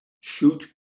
Shoot